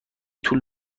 طول